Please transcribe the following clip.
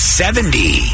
seventy